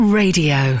radio